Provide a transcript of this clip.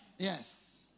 yes